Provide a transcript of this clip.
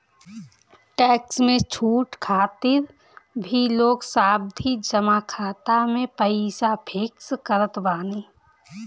tax में छूट खातिर भी लोग सावधि जमा खाता में पईसा फिक्स करत बाने